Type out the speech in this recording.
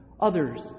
Others